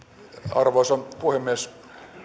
arvoisa puhemies